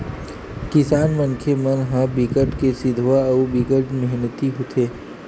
किसान मनखे मन ह बिकट के सिधवा अउ बिकट मेहनती होथे